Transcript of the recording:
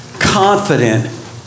confident